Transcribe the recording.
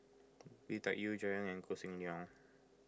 Lui Tuck Yew Jerry Ng Koh Seng Leong